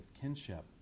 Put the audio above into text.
kinship